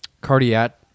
cardiac